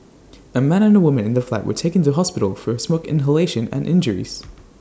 A man and A woman in the flat were taken to hospital for A smoke inhalation and injuries